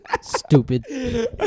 Stupid